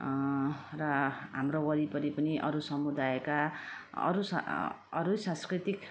न र हाम्रो वरिपरि पनि अरू समुदायका अरू स अरू सांस्कृतिक